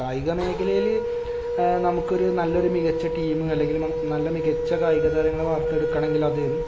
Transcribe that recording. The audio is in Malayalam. കായിക മേഖലയിൽ നമുക്കൊരു നല്ല ഒരൂ മികച്ച ടീം അല്ലെങ്കിൽ നല്ല മികച്ച കായിക താരങ്ങളെ വാർത്തെടുക്കണമെങ്കിൽ ആദ്യം